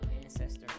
ancestor